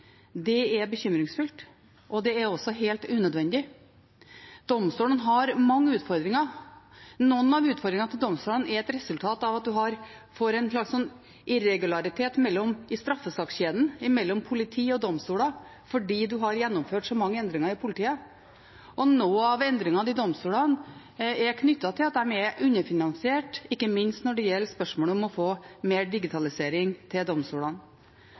Det er bekymringsfullt, og det er også helt unødvendig. Domstolene har mange utfordringer. Noen av dem er et resultat av at man får en slags irregularitet i straffesakskjeden, mellom politiet og domstolene, fordi man har gjennomført så mange endringer i politiet, og noen av endringene i domstolene er knyttet til at de er underfinansiert, ikke minst når det gjelder spørsmålet om å få mer digitalisering til domstolene.